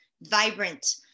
vibrant